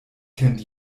kennt